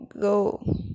go